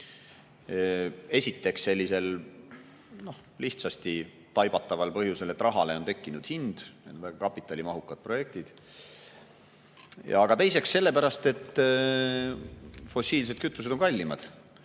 Esiteks sellisel lihtsasti taibataval põhjusel, et rahale on tekkinud hind, need on väga kapitalimahukad projektid, ja teiseks sellepärast, et fossiilsed kütused on kallimad